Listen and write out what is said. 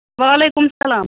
وعلیکُم سلام